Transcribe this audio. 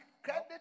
Credit